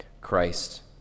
Christ